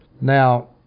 Now